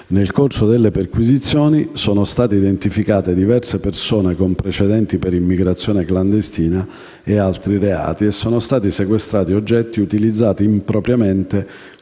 Nel corso delle perquisizioni sono state identificate diverse persone con precedenti per immigrazione clandestina e altri reati e sono stati sequestrati oggetti utilizzati impropriamente,